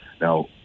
Now